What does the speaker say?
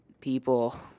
people